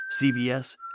CVS